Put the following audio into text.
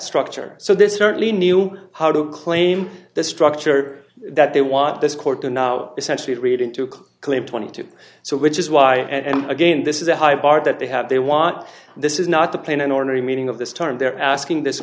structure so this certainly knew how to claim the structure that they want this court to now essentially read into claim twenty two dollars so which is why and again this is a high bar that they have they want this is not to play in an ordinary meeting of this time they're asking this